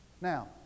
Now